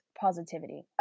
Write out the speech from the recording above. positivity